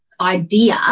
idea